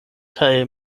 kaj